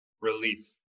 relief